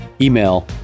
Email